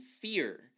fear